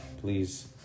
please